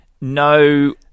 no